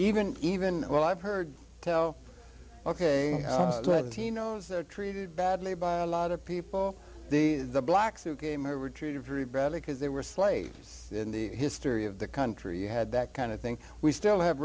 even even well i've heard tell ok but tino's are treated badly by a lot of people the blacks who came over treated very badly because they were slaves in the history of the country you had that kind of thing we still have